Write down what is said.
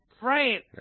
Right